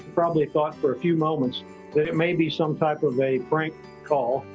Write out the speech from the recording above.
probably thought for a few moments that it may be some type of a prank call.